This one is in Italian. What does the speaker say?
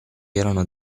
erano